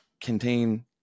contain